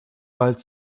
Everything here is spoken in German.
bald